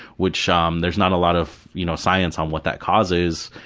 which um there's not a lot of you know science on what that causes.